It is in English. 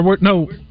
No